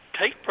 take